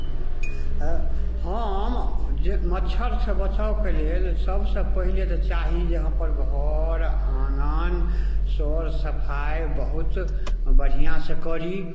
अऽ हम जे मच्छरसँ बचावके लेल सभसँ पहिले जे चाही जे अपन घर आङ्गन सर सफाइ बहुत बढ़िआँसँ करी